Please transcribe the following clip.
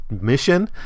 mission